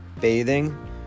bathing